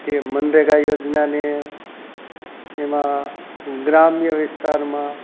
તે મનરેગા યોજનાને એમાં ગ્રામ્ય વિસ્તારમાં